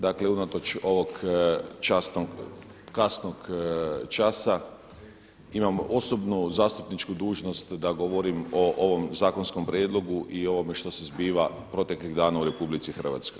Dakle unatoč ovog kasnog časa imam osobnu zastupničku dužnost da govorim o ovom zakonskom prijedlogu i o ovome što se zbiva proteklih dana u RH.